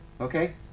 okay